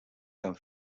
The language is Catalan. tant